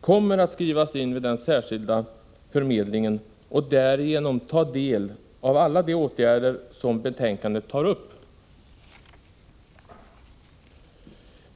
kommer att skrivas in vid den särskilda förmedlingen och därigenom få del av alla de åtgärder som betänkandet tar upp.